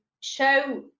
show